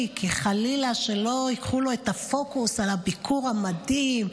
כי חלילה שלא ייקחו לו את הפוקוס על הביקור המדהים.